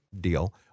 deal